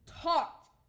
Talked